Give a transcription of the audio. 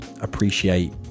appreciate